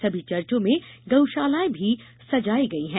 सभी चर्चो में गौशालाए भी सजाई गई हैं